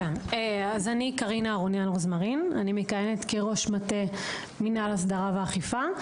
אני מכהנת כראש מטה מינהל הסדרה ואכיפה,